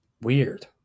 Weird